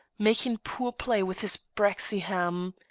making poor play with his braxy ham.